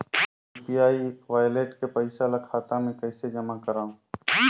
UPI wallet के पईसा ल खाता मे कइसे जमा करव?